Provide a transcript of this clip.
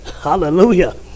Hallelujah